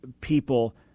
people